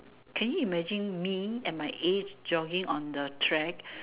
can you imagine me at my age jogging on the track